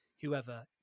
whoever